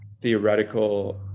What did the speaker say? theoretical